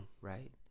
right